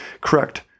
Correct